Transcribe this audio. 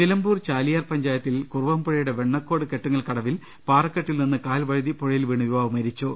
നിലമ്പൂർ ചാലിയാർ പഞ്ചായത്തിൽ കുറുവംപുഴയുടെ വെണ്ണക്കോട് കെട്ടുങ്ങൽ കടവിൽ പാറക്കെട്ടിൽ നിന്ന് കാൽവഴുതി പുഴയിൽ വീണ് യുവാവ് മരിച്ചു